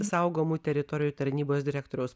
saugomų teritorijų tarnybos direktoriaus